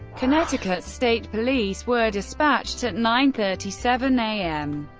connecticut state police were dispatched at nine thirty seven a m.